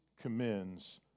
commends